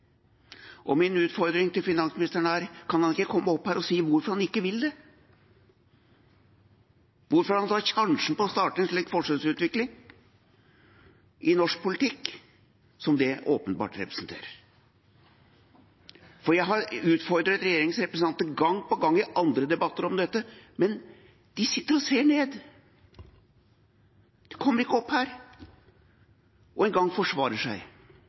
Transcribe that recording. Min utfordring til finansministeren er: Kan han ikke komme opp her og si hvorfor han ikke vil det, hvorfor han tar sjansen på å starte en slik forskjellsutvikling i norsk politikk som det åpenbart representerer? Jeg har utfordret regjeringsrepresentanter gang på gang i andre debatter om dette, men de sitter og ser ned! De kommer ikke opp her og forsvarer seg